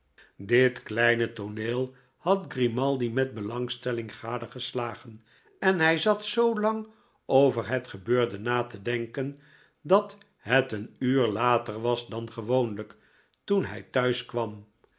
dit kleine tooneel had grimaldi met belangstelling gadegeslagen en hij zat zoo lang over het gebeurde na te denken dat het een uur later was dan gewoonlijk toen hij